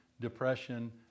depression